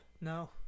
No